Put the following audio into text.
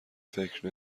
فکر